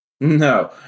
No